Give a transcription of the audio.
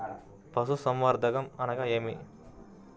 పశుసంవర్ధకం అనగా ఏమి?